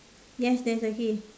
yes there's a hay